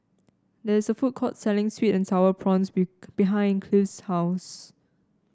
there is a food court selling sweet and sour prawns be behind Clive's house